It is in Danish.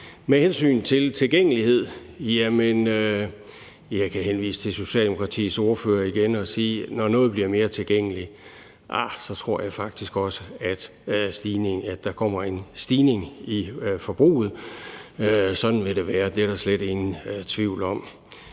Med hensyn til tilgængelighed kan jeg henvise til Socialdemokratiets ordfører igen og sige, at når noget bliver mere tilgængeligt, tror jeg faktisk også at der kommer en stigning i forbruget. Sådan vil det være; det er der slet ingen tvivl om.